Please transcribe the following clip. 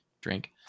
drink